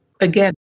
Again